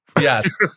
Yes